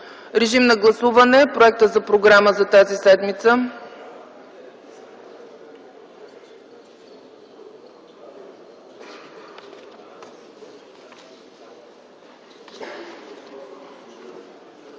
Моля, гласувайте проекта за програма за тази седмица.